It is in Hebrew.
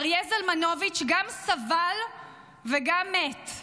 אריה זלמנוביץ' גם סבל וגם מת,